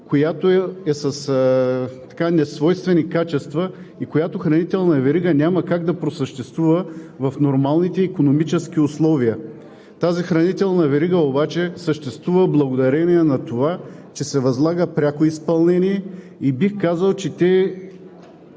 която е с несвойствени качества и която няма как да просъществува в нормалните икономически условия. Тази хранителна верига обаче съществува благодарение на това, че се възлага пряко изпълнението. Бих казал, че този